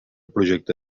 projecte